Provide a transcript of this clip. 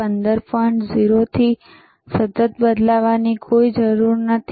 0 પહેલેથી જ છે તેને બદલવાની કોઈ જરૂર નથી